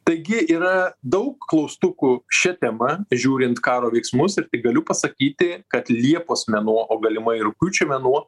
taigi yra daug klaustukų šia tema žiūrint karo veiksmus ir tik galiu pasakyti kad liepos mėnuo o galimai ir rugpjūčio mėnuo